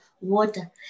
water